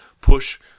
push